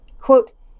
Quote